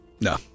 No